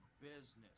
business